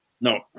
No